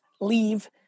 leave